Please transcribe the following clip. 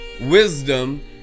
wisdom